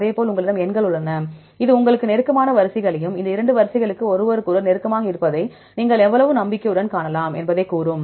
அதேபோல் உங்களிடம் எண்கள் உள்ளன இது உங்களுக்கு நெருக்கமான வரிசைகளையும் இந்த இரண்டு வரிசைகளும் ஒருவருக்கொருவர் நெருக்கமாக இருப்பதை நீங்கள் எவ்வளவு நம்பிக்கையுடன் காணலாம் என்பதைக் கூறும்